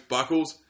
Buckles